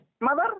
Mother